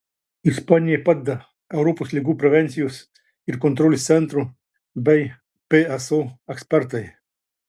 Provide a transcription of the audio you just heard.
ispanijai padeda europos ligų prevencijos ir kontrolės centro bei pso ekspertai